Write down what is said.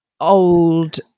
old